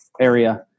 area